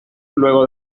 luego